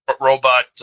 Robot